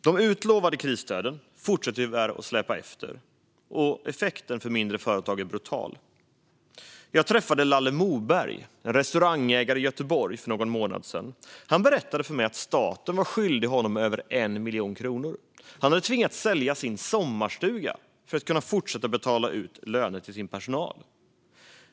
De utlovade krisstöden fortsätter tyvärr att släpa efter, och effekten för mindre företag är brutal. Jag träffade Lalle Morberg, en restaurangägare i Göteborg, för någon månad sedan. Han berättade för mig att staten var skyldig honom över 1 miljon kronor. Han hade varit tvungen att sälja sin sommarstuga för att kunna fortsätta att betala ut löner till sin personal.